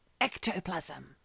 Ectoplasm